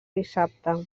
dissabte